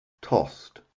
tossed